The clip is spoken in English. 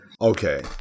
Okay